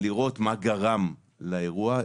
להבין מה גרם לאירוע.